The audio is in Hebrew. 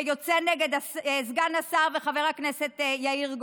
ויוצא נגד סגן השר וחבר הכנסת יאיר גולן,